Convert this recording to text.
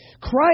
Christ